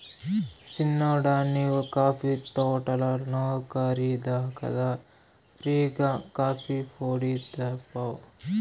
సిన్నోడా నీవు కాఫీ తోటల నౌకరి కదా ఫ్రీ గా కాఫీపొడి తేపో